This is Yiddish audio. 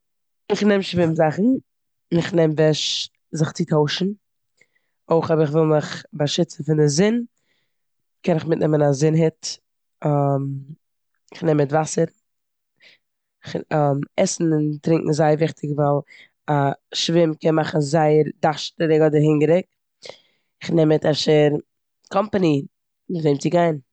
כ'נעם שווים זאכן און כ'נעם וועש זיך צו טוישן. אויך אויב איך וויל מיך באשוצן פון די זון קען איך מיטנעמען א זון הוט. כ'נעם מיט וואסער. עסן און טרונקען איז זייער וויכטיג ווייל א שווים קען מאכן זייער דארשטיג אדער הונגעריג. כ'נעם מיט אפשר קאמפאני מיט וועם צו גיין.